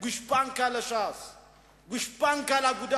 ציפי לבני הצביעה